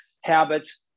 habits